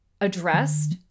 addressed